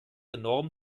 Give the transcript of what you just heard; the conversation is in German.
enorm